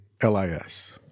L-I-S